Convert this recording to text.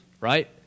right